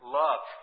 love